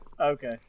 Okay